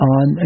on